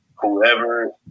Whoever